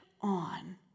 on